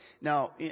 Now